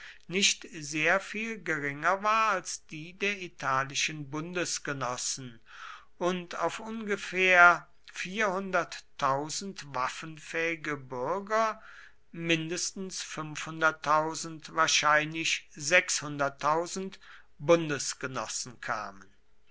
nicht sehr viel geringer war als die der italischen bundesgenossen und auf ungefähr waffenfähige bürger mindestens wahrscheinlich bundesgenossen kamen